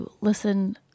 listen